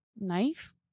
knife